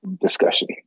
discussion